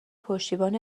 پشتیبان